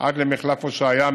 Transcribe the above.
עד למחלף הושעיה,